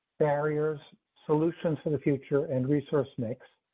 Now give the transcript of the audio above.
barriers solutions for the future and resource next.